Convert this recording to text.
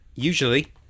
Usually